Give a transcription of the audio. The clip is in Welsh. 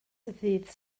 ddydd